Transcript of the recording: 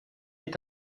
est